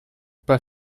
pas